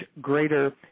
greater